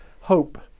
hope